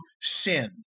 sin